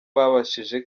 babashije